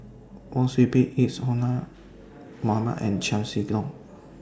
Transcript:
Wang Sui Pick Isadhora Mohamed and Chiam See Tong